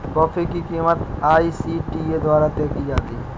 coffee की कीमत ICTA द्वारा तय की जाती है